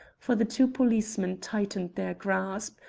for the two policemen tightened their grasp,